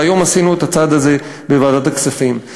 והיום עשינו את הצעד הזה בוועדת הכספים.